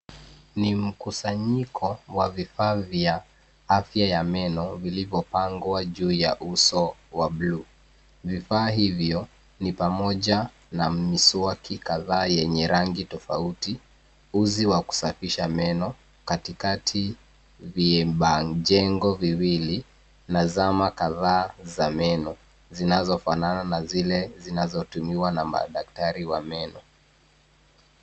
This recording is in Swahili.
Ni mkusanyiko wa vifaa vya afya ya meno vilivyopangwa juu ya uso wa buluu. Vifaa hivyo ni pamoja na miswaki kadhaa yenye rangi tofauti, uzi wa kusafisha meno katikati viebajengo viwili na zama kadhaa za meno zinazofanana na zile zinazotumiwa na madaktari wa meno.